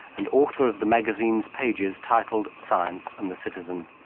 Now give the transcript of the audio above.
and author of the magazine's pages titled science and the citizen.